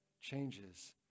changes